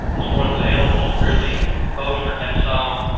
is one of the elements that really bolstered that song.